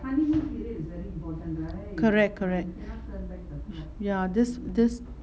correct correct ya this this